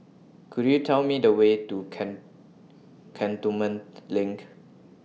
Could YOU Tell Me The Way to Cantonment LINK